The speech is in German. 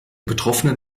betroffenen